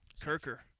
Kirker